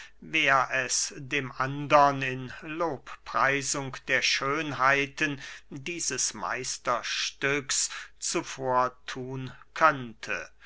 wer es dem andern in lobpreisung der schönheiten dieses meisterstücks zuvorthun könnte